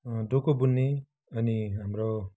डोको बुन्ने अनि हाम्रो